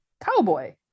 cowboy